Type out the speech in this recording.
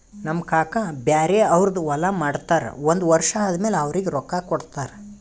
ನಮ್ ಕಾಕಾ ಬ್ಯಾರೆ ಅವ್ರದ್ ಹೊಲಾ ಮಾಡ್ತಾರ್ ಒಂದ್ ವರ್ಷ ಆದಮ್ಯಾಲ ಅವ್ರಿಗ ರೊಕ್ಕಾ ಕೊಡ್ತಾರ್